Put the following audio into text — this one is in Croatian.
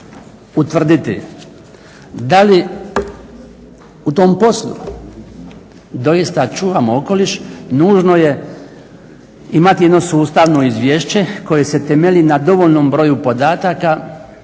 utvrditi da li u tom poslu doista čuvamo okoliš nužno je imati jedno sustavno izvješće koje se temelji na dovoljnom broju podataka